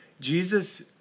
Jesus